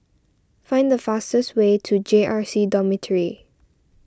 find the fastest way to J R C Dormitory